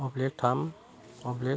oblique थाम oblique